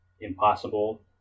impossible